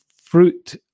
fruit